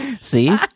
See